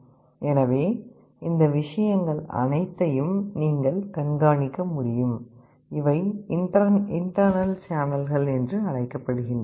எனவே இந்த விஷயங்கள் அனைத்தையும் நீங்கள் கண்காணிக்க முடியும் இவை இன்டேர்னல் சேனல்கள் என்று அழைக்கப்படுகின்றன